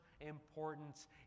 importance